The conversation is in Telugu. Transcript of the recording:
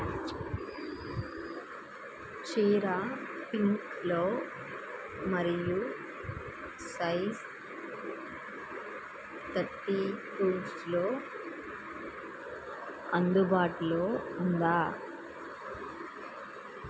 చీర పింక్లో మరియు సైజ్ థర్టీ కువ్స్లో అందుబాటులో ఉందా